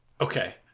okay